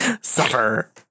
Suffer